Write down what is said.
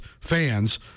fans